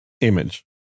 image